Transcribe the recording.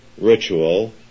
ritual